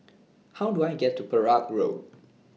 How Do I get to Perak Road